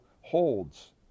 holds